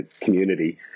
community